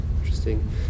Interesting